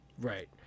Right